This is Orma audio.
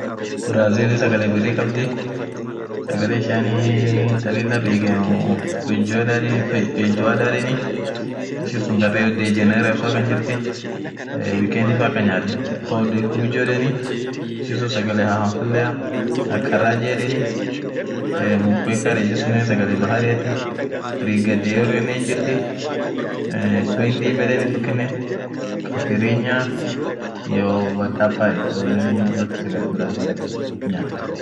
Brazil sagale birri khabdhii sagale ishian thaa lila bekhenu fijodhaa yedheni ishisun gar woldhameraa suun akhan jirti weekend faa akhan nyathen poder khujj yedheni ishisun sagale hahafalea akharaji yedheni mkweka ishinsunen sagale bahariathi brighed dhorianen hinjirthii queen dhim yedheni tokinen kaprinyaaa iyoo vandarper yedheni sunen yote sagale brazilithi